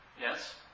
Yes